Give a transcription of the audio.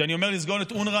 כשאני אומר לסגור את אונר"א,